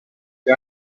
che